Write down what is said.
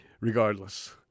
regardless